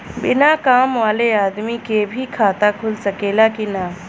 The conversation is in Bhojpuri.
बिना काम वाले आदमी के भी खाता खुल सकेला की ना?